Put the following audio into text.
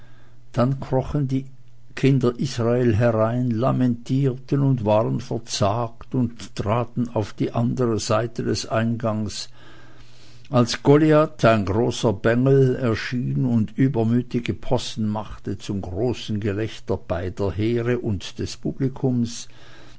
dann krochen die kinder israel herein lamentierten und waren verzagt und traten auf die andere seite des einganges als goliath ein großer bengel erschien und übermütige possen machte zum großen gelächter beider heere und des publikums